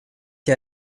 jag